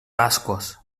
bascos